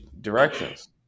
directions